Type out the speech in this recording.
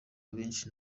abenshi